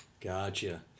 Gotcha